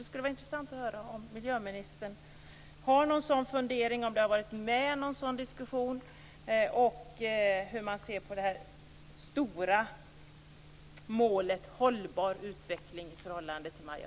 Det skulle vara intressant att höra om miljöministern har någon sådan fundering, om det har förts någon sådan diskussion och hur man ser på det stora målet hållbar utveckling i förhållande till MAI